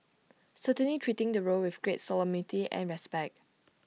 certainly treating the role with great solemnity and respect